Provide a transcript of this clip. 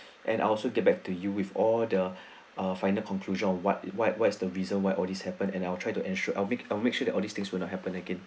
and also get back to you with all the final conclusion on what what is the reason why all this happen and I'll try to ensure I'll make a make sure that all these things will not happen again